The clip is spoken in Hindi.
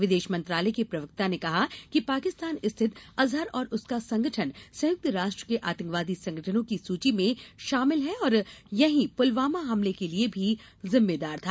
विदेश मंत्रालय के प्रवक्ता ने कहा है कि पाकिस्तान स्थित अजहर और उसका संगठन संयुक्त राष्ट्र के आतंकवादी संगठनों की सूची में शामिल है और यही पुलवामा हमले के लिए भी जिम्मेदार था